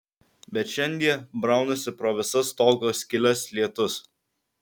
bet šiandie braunasi pro visas stogo skyles lietus